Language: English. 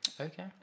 Okay